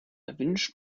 erwünscht